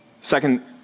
Second